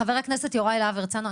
חבר הכנסת יוראי להב הרצנו,